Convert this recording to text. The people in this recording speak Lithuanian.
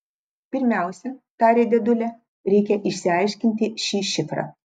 pirmiausia tarė dėdulė reikia išsiaiškinti šį šifrą